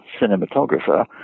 cinematographer